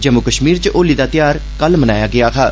जम्मू कष्मीर च होली दा ध्यार कल मनाया गेआ हा